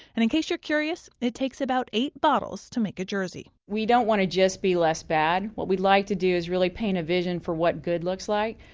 and, in case you're curious, it takes about eight bottles to make a jersey we don't want to just be less bad. what we'd like to do is really paint a vision of what good looks like.